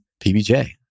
PBJ